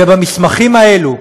ובמסמכים האלה,